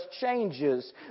changes